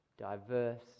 diverse